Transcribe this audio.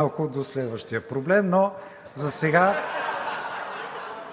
малко до следващия проблем (оживление), но засега